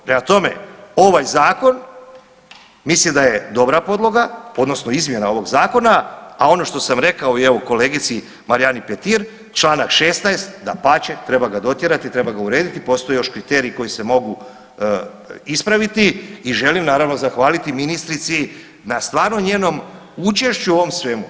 Prema tome, ovaj Zakon, mislim da je dobra podloga, odnosno izmjena ovog Zakona, a ono što sam rekao evo i kolegici Marijani Petir, članak 16. dapače treba ga dotjerati, treba ga urediti, postoje još kriteriji koji se mogu ispraviti i želim naravno zahvaliti ministrici na stvarno njenom učešću u ovom svemu.